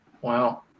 Wow